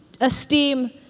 esteem